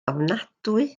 ofnadwy